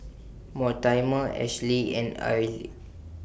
Mortimer Ashley and Arely